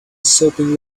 sopping